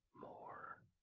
more